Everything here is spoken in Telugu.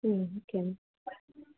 ఓకే అండి